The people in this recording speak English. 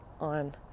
on